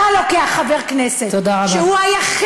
אתה לוקח חבר כנסת שהוא היחיד,